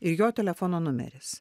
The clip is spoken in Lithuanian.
ir jo telefono numeris